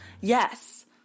Yes